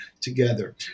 together